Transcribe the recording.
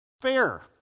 fair